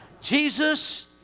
Jesus